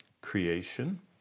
Creation